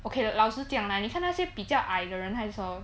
okay 老实讲 lah 你看那些比较矮的人很少